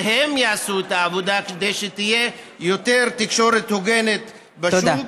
והם יעשו את העבודה כדי שתהיה יותר תקשורת הוגנת בשוק.